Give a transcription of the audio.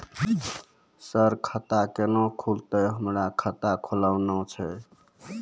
Sir खाता केना खुलतै, हमरा खाता खोलवाना छै?